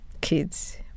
kids